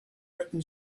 written